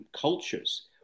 cultures